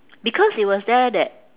because it was there that